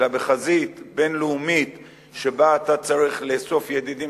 אלא בחזית בין-לאומית שבה אתה צריך לאסוף ידידים,